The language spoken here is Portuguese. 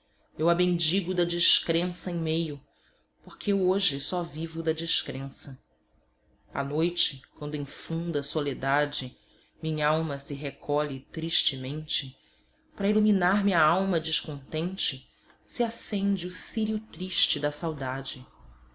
eu a bendigo da descrença em meio porque eu hoje só vivo da descrença à noite quando em funda soledade minhalma se recolhe tristemente pra iluminar me a alma descontente se acende o círio triste da saudade